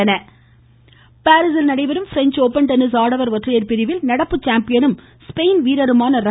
ம் ம் ம் ம் ம டென்னிஸ் பாரீசில் நடைபெறும் ப்ரெஞ்ச் ஓபன் டென்னிஸ் ஆடவர் ஒற்றையர் பிரிவில் நடப்பு சாம்பியனும் ஸ்பெயின் வீரருமான ர